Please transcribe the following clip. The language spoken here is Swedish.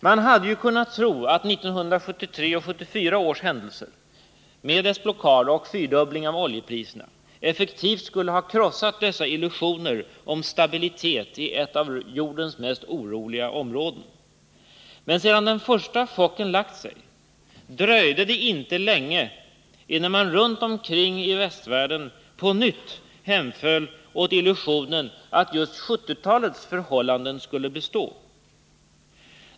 Man hade ju kunnat tro att 1973 och 1974 års händelser, med blockad och fyrdubbling av oljepriserna, effektivt skulle ha krossat dessa illusioner om stabilitet i ett av jordens mest oroliga områden. Men sedan den första chocken lagt sig dröjde det inte länge innan man runt omkring i västvärlden på nytt hemföll åt illusionen att just 1970-talets förhållanden skulle bestå.